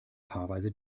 paarweise